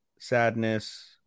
sadness